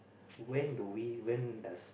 when do we when does